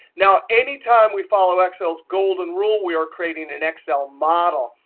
now, any time we follow excel's golden rule, we are creating an excel model.